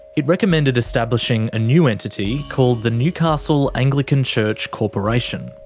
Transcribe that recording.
it recommended establishing a new entity called the newcastle anglican church corporation.